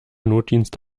notdienst